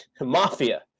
mafia